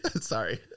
Sorry